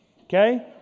Okay